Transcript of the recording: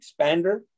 expander